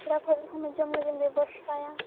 ᱯᱮᱲᱟᱠᱚ ᱦᱮᱡ ᱞᱮᱱᱠᱷᱟᱡ ᱢᱟ ᱡᱚᱢ ᱞᱟᱹᱜᱤᱫ ᱵᱮᱵᱚᱥᱛᱷᱟᱭᱟ